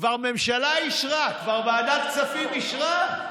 כבר הממשלה אישרה, כבר ועדת הכספים אישרה.